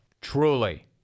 truly